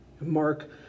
Mark